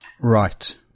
Right